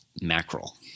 Mackerel